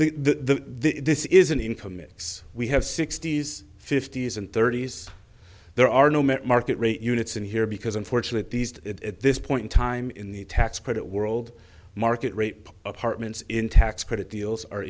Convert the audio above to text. is we have sixty's fifty's and thirty's there are no met market rate units in here because unfortunate these at this point in time in the tax credit world market rate apartments in tax credit deals are